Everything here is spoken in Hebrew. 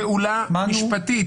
היא חלה על כל פעולה משפטית.